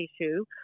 issue